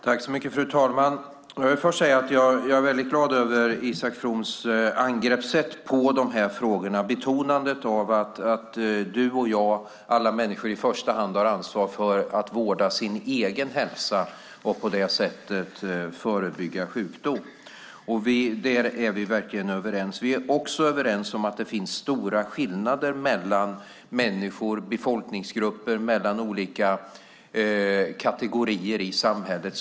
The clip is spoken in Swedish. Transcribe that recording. Fru talman! Jag vill först säga att jag är väldigt glad över Isak Froms angreppssätt i de här frågorna och betonandet av att alla människor i första hand har ansvar för att vårda sin egen hälsa och på det sättet förebygga sjukdom. Där är vi verkligen överens. Vi är också överens om att det finns stora skillnader mellan människor, befolkningsgrupper och kategorier i samhället.